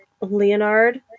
leonard